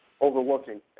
overlooking